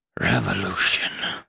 Revolution